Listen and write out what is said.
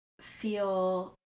feel